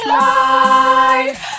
life